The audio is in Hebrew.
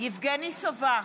יבגני סובה,